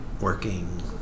working